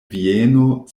vieno